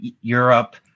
Europe